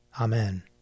Amen